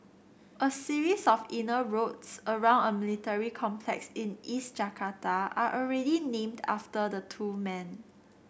a series of inner roads around a military complex in East Jakarta are already named after the two men